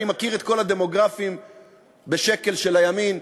אני מכיר את כל הדמוגרפים בשקל של הימין,